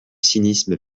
cynisme